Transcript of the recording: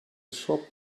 shop